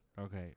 Okay